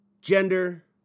gender